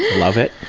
love it.